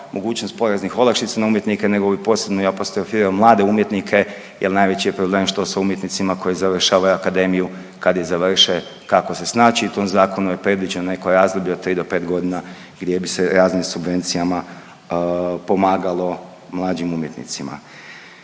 mogućnost poreznih olakšica na umjetnike nego bi posebno i apostrofirao mlade umjetnike jer najveći je problem što s umjetnicima koji završavaju akademiju kad je završe kako se snaći. I u tom zakonu je predviđeno neko razdoblje od tri do pet godina gdje bi se raznim subvencijama pomagalo mlađim umjetnicima.